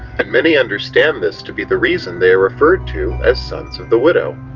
and many understand this to be the reason they are referred to as sons of the widow.